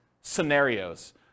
scenarios